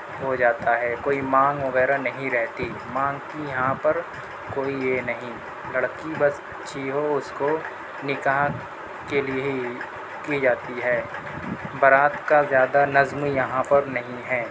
ہو جاتا ہے کوئی مانگ وغیرہ نہیں رہتی مانگ کی یہاں پر کوئی یہ نہیں لڑکی بس اچھی ہو اس کو نکاح کے لئے ہی کی جاتی ہے بارات کا زیادہ نظم یہاں پر نہیں ہے